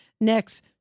next